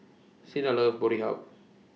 Cinda loves Boddey help